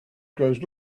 grows